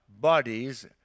bodies